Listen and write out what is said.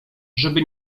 żeby